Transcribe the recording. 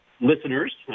listeners